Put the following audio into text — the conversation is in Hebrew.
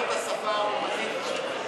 השפה העברית (עולים חדשים ועולים ותיקים),